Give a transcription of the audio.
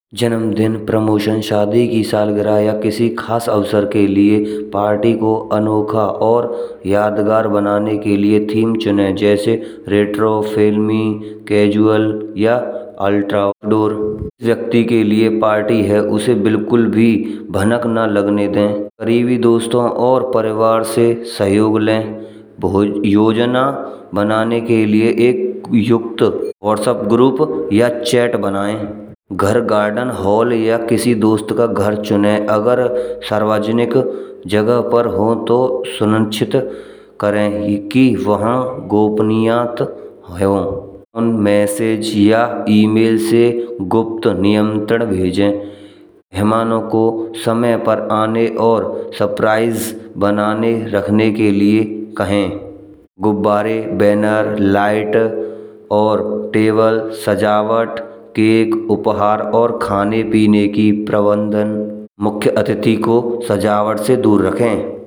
जन्मदिन, प्रमोशन, शादी की सालगिरह या किसी खास अवसर के लिए पार्टी को अनोखा और यादगार बनाने के लिए थीम चुने जैसे रेट्रो, फिल्मी, कैज़ुअल या अल्ट्राडोर। जिस व्यक्ति के लिए पार्टी है उसे बिलकुल भी भनक न लगने दे। करीबी दोस्तों और परिवार से सहयोग ले और योजना बनाने के लिए एक युक्त व्हाट्स ऐप ग्रुप या चैट बनाए। घर, गार्डन, हॉल या किसी दोस्त का घर चुने अगर सार्वजनिक जगह पर हो तो सुनिश्चित करे की वहाँ गोपनीयता हो। उन संदेश या ईमेल से गुप्त निमंत्रण भेजे, मेहमानों समय पर आने और सरप्राइज बनाए रखने के लिए कहे। गुब्बारे, बैनर, लाइट और टेबल सजावट, केक, उपहार और खाने पीने की प्रबंधन मुख्य अतिथि को सजावट से दूर रखे।